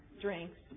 drinks